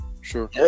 sure